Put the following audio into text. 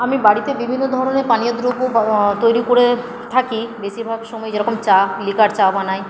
আমি বাড়িতে বিভিন্ন ধরনের পানীয় দ্রব্য তৈরি করে থাকি বেশিরভাগ সময়ই যেরকম চা লিকার চা বানাই